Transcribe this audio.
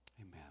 Amen